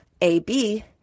AB